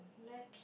next